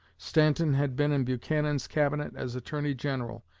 stanton had been in buchanan's cabinet as attorney general.